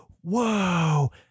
whoa